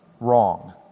wrong